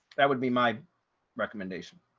that would be my recommendation.